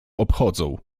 obchodzą